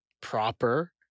proper